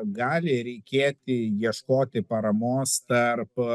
gali reikėti ieškoti paramos tarp